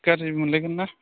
गाज्रि मोनलायगोन ना